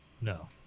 No